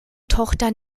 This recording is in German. tochter